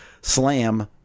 slam